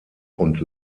und